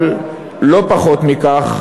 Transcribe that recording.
אבל לא פחות מכך,